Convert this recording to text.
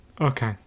Okay